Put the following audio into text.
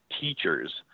teachers